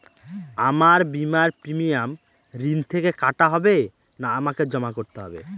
আমার বিমার প্রিমিয়াম ঋণ থেকে কাটা হবে না আমাকে জমা করতে হবে?